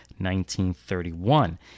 1931